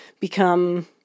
become